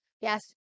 yes